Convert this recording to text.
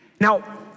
Now